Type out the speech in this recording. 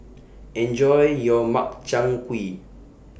Enjoy your Makchang Gui